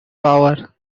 power